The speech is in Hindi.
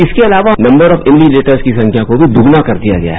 इसके अलावा नंबर ऑक इविजिलेटर की संख्या को भी दोगुना कर दिया गया है